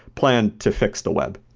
plan to fix the web?